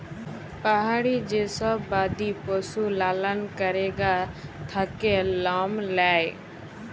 পাহাড়ি যে সব বাদি পশু লালল ক্যরে গা থাক্যে লম লেয়